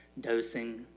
dosing